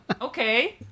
Okay